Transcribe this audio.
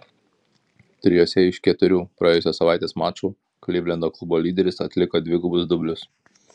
trijuose iš keturių praėjusios savaitės mačų klivlendo klubo lyderis atliko dvigubus dublius